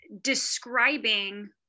describing